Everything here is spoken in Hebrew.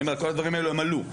כל הדברים האלו עלו.